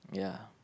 ya